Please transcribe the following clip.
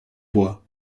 voix